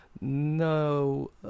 no